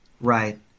right